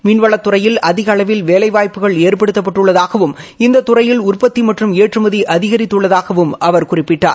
மீன்வளத்துறையில் அதிக அளவில் வேலைவாய்ப்புகள் ஏற்படுத்தப்பட்டுள்ளதாகவும் இந்த துறையில் உற்பத்தி மற்றும் ஏற்றுமதி அதிகரித்துள்ளதாகவும் அவர் குறிப்பிட்டார்